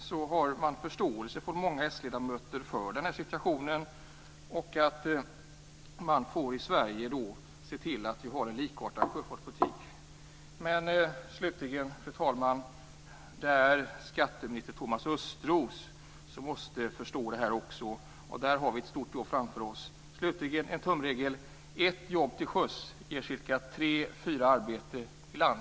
Många socialdemokratiska ledamöter har förståelse för denna situation. Man måste se till att vi i Sverige har en sjöfartspolitik som är likartad med de övriga EU-ländernas. Slutligen, fru talman, måste också skatteminister Thomas Östros förstå detta. Där har vi ett stort jobb framför oss. En tumregel är att ett jobb till sjöss ger cirka tre fyra arbeten i land.